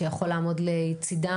שיכול לעמוד לצידם,